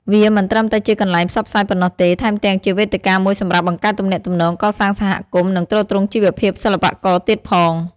វាមិនត្រឹមតែជាកន្លែងផ្សព្វផ្សាយប៉ុណ្ណោះទេ ថែមទាំងជាវេទិកាមួយសម្រាប់បង្កើតទំនាក់ទំនង កសាងសហគមន៍ និងទ្រទ្រង់ជីវភាពសិល្បករទៀតផង។